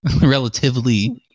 Relatively